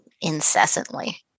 incessantly